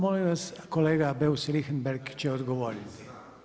Molim vas kolega Beus Richembergh će odgovoriti.